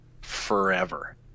forever